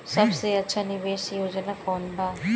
सबसे अच्छा निवेस योजना कोवन बा?